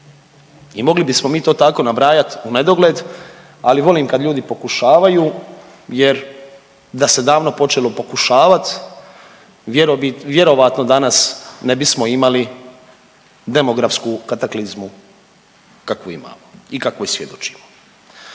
I mogli bismo mi to tako nabrajati u nedogled, ali volim kad ljudi pokušavaju jer da se davno počelo pokušavat vjerojatno danas ne bismo imali demografsku kataklizmu kakvu imamo i kakvoj svjedočimo.